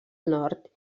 nord